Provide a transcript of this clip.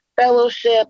fellowship